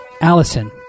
Allison